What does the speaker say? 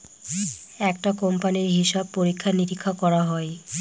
একটা কোম্পানির হিসাব পরীক্ষা নিরীক্ষা করা হয়